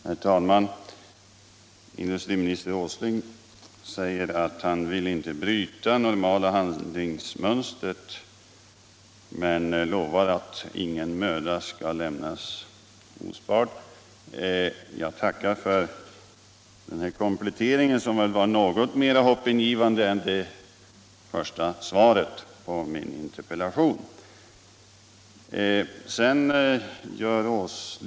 Herr talman! Industriminister Åsling säger att han inte vill bryta det normala handlingsmönstret men lovar att inte spara någon möda Jag tackar för denna komplettering som väl var något mera hoppingivande än det första svaret på min interpellation.